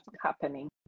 happening